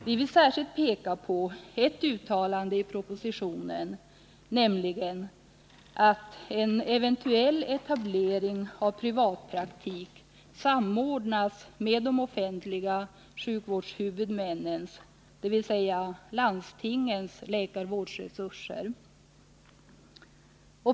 Vi vill särskilt peka på ett uttalande i propositionen, nämligen att en eventuell etablering av privatpraktik samordnas med de offentliga sjukvårdshuvudmännens, dvs. landstingens, läkarvårdsresurser.